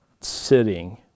sitting